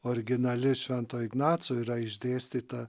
originali švento ignaco yra išdėstyta